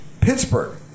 Pittsburgh